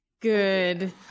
Good